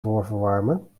voorverwarmen